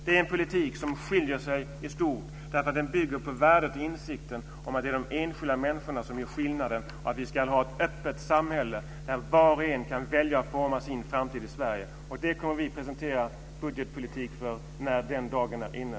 Det är en politik som innebär stor skillnad, för den bygger på insikten att det är de enskilda människorna som står för förändringen. Vi ska ha ett öppet samhälle, där var och en kan välja och forma sin framtid i Sverige. Vi kommer att presentera en budgetpolitik för detta när den dagen är inne.